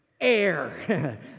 Air